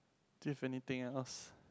do you have anything else